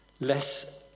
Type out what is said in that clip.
less